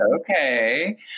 okay